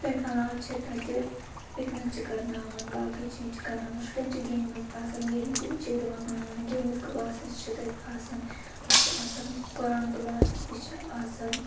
تَمہِ علاوٕ چھِ تَتہِ پِکنِک چھِ کَرناوان باقٕے چیٖز چھِ کَرناوان شُرؠن چھِ گیمٕز آسان گیمٕز ڈے چھِکھ دِوان مَناونہٕ گیمِز کٕلاسٕز چھِ تَتہِ آسان تَتہِ چھِ آسان قۄرآن کٕلاسِز تہِ چھِ آسان